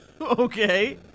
Okay